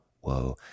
Whoa